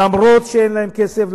אף-על-פי שאין להן כסף,